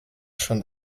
schon